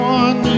one